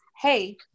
Hey